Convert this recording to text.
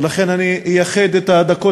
ולכן אני אייחד את הדקות